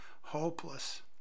hopeless